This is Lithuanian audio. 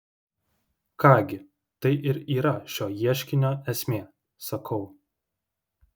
ką gi tai ir yra šio ieškinio esmė sakau